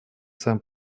сам